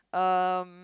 um